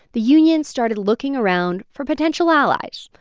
the unions started looking around for potential allies,